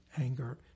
anger